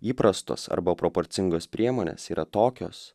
įprastos arba proporcingos priemonės yra tokios